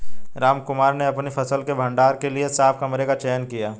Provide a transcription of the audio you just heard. रामकुमार ने अपनी फसल के भंडारण के लिए साफ कमरे का चयन किया